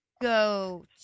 go